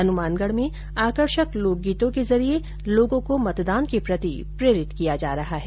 हनुमानगढ़ में आकर्षक लोकंगीतों के जरिए लोगों को मतदान के प्रति प्रेरित किया जा रहा है